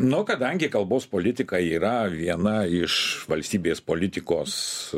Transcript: nu kadangi kalbos politika yra viena iš valstybės politikos